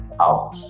out